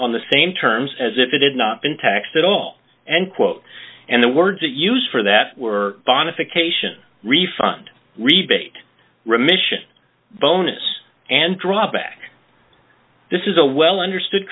on the same terms as if it had not been taxed at all end quote and the words used for that were on a fixation refund rebate remission bonus and drop back this is a well understood